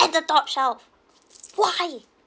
at the top shelf why